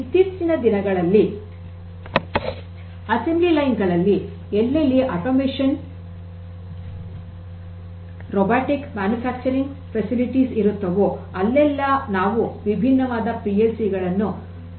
ಇತ್ತೀಚಿನ ದಿನಗಳಲ್ಲಿ assembly line ಗಳಲ್ಲಿ ಎಲ್ಲೆಲ್ಲಿ ಯಾಂತ್ರೀಕೃತಗೊಂಡ ರೊಬೋಟಿಕ್ ಮ್ಯಾನುಫ್ಯಾಕ್ಚರಿಂಗ್ ಫ್ಯಾಸಿಲಿಟೀಸ್ ಇರುತ್ತವೋ ಅಲ್ಲೆಲ್ಲಾ ನಾವು ವಿಭಿನ್ನವಾದ ಪಿಎಲ್ ಸಿ ಗಳನ್ನು ವಿಭಿನ್ನ ರೂಪಗಳಲ್ಲಿ ಕಾಣಬಹುದು